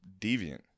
deviant